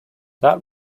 that